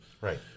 right